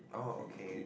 oh okay